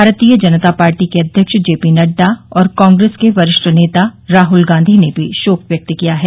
भारतीय जनता पार्टी के अध्यक्ष जे पीनड्डा और कांग्रेस के वरिष्ठ नेता राहल गांधी ने भी शोक व्यक्त किया है